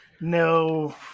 no